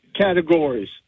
categories